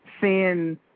seeing